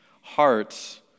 Hearts